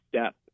step